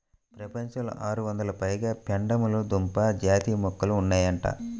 ప్రపంచంలో ఆరొందలకు పైగా పెండలము దుంప జాతి మొక్కలు ఉన్నాయంట